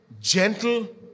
gentle